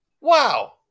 Wow